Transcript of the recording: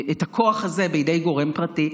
בידי גורם פרטי.